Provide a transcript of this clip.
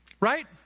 Right